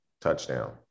touchdown